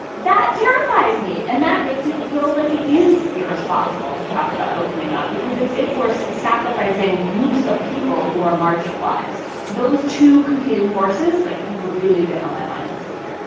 that terrifies me and that makes it feel like it is irresponsible to talk about opening up because it's, if worse sacrificing groups of people who are marginalized. those two competing forces like have really been on my mind this week